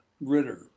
Ritter